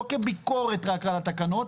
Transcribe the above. לא רק כביקורת על התקנות,